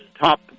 top